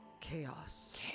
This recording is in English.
chaos